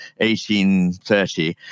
1830